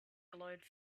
glowed